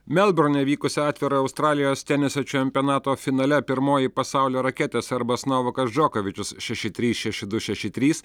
melburne vykusio atvirojo australijos teniso čempionato finale pirmoji pasaulio raketė serbas novakas džokovičius šeši trys šeši du šeši trys